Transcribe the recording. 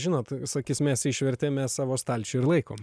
žinot sakys mes išvertėm mes savo stalčiuj ir laikom